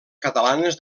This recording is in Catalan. catalanes